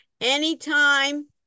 Anytime